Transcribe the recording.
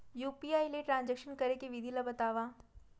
UPI ले transaction करे के विधि ला बतावव?